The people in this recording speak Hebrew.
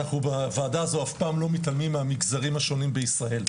אנחנו בוועדה הזו אף פעם לא מתעלמים מהמגזרים השונים בישראל.